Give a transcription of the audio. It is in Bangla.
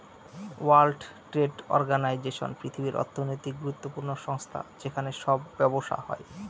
ওয়ার্ল্ড ট্রেড অর্গানাইজেশন পৃথিবীর অর্থনৈতিক গুরুত্বপূর্ণ সংস্থা যেখানে সব ব্যবসা হয়